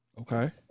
Okay